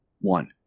One